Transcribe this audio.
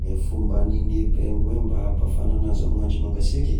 Gne fomba anine pingouins mba hampafana anazy amign'andro mangaseky